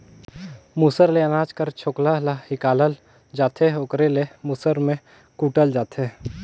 मूसर ले अनाज कर छोकला ल हिंकालल जाथे ओकरे ले मूसर में कूटल जाथे